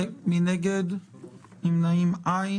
הצבעה התקנות אושרו.